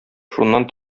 шуннан